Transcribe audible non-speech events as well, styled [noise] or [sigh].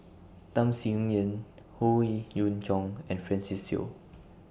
Tham Sien Yen Howe [unintelligible] Yoon Chong and Francis Seow